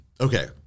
okay